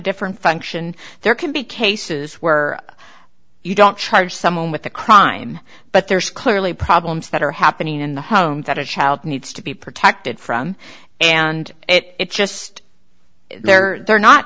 different function there can be cases where you don't charge someone with a crime but there's clearly problems that are happening in the home that a child needs to be protected from and it just they're they're not